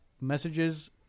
messages